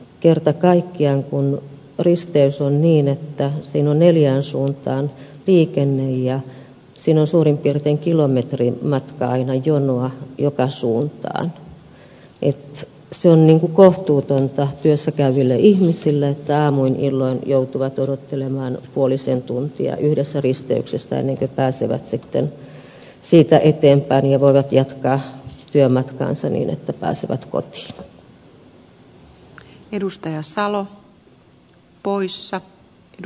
kerta kaikkiaan kun risteys on niin että siinä on neljään suuntaan liikenne ja siinä on suurin piirtein kilometrin matka aina jonoa joka suuntaan se on kohtuutonta työssä käyville ihmisille että aamuin illoin joutuvat odottelemaan puolisen tuntia yhdessä risteyksessä ennen kuin pääsevät sitten siitä eteenpäin ja voivat jatkaa työmatkaansa niin että pääsevät kotiin